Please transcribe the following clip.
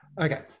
okay